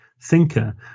thinker